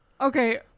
okay